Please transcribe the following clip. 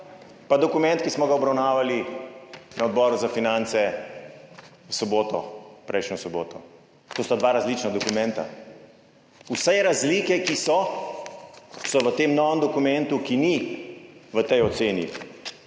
pa dokument, ki smo ga obravnavali na Odboru za finance prejšnjo soboto. To sta dva različna dokumenta. Vse razlike, ki so, so v tem novem dokumentu, ki ni v tej oceni.